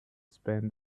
spend